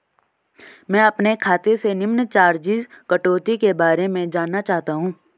मैं अपने खाते से निम्न चार्जिज़ कटौती के बारे में जानना चाहता हूँ?